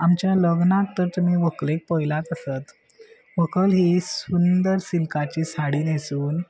आमच्या लग्नाक तर तुमी व्हंकलेक पयलाच आसत व्हंकल ही सुंदर सिल्काची साडी न्हेसून